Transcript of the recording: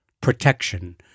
Protection